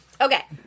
Okay